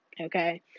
okay